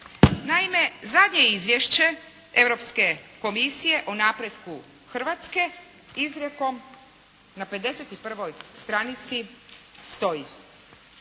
Naime, zadnje izvješće Europske komisije o napretku Hrvatske izrijekom na 51. stranici stoji